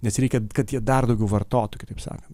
nes reikia kad jie dar daugiau vartotų kitaip sakan